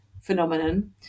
phenomenon